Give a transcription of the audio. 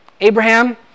Abraham